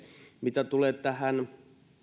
mitä tulee